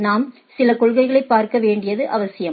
நான் சில கொள்கைகளைப் பார்க்க வேண்டியது அவசியம்